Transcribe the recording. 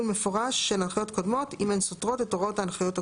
מפורש של הנחיות קודמות אם הן סותרות את הוראות ההנחיות הקודמות.